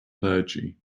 clergy